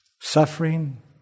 Suffering